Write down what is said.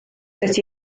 sut